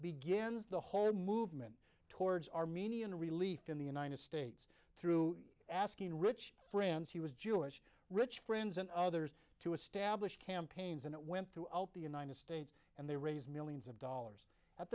begins the whole movement towards armenian relief in the united states through asking rich friends he was jewish rich friends and others to establish campaigns and it went throughout the united states and they raise millions of dollars at